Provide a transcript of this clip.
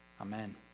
amen